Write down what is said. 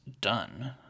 done